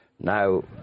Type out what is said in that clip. Now